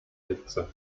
hitze